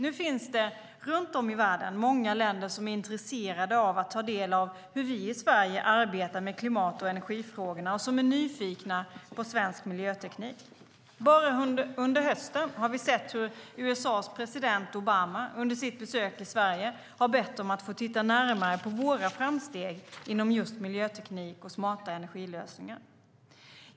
Nu finns det, runt om i världen, många länder som är intresserade av att ta del av hur vi i Sverige arbetar med klimat och energifrågorna och som är nyfikna på svensk miljöteknik. Bara under hösten har vi sett hur USA:s president Obama under sitt besök i Sverige har bett om att få titta närmare på våra framsteg inom just miljöteknik och smarta energilösningar.